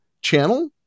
channel